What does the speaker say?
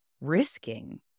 risking